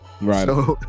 Right